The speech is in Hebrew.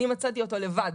אני מצאתי אותו לבד.